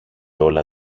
όλα